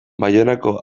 baionako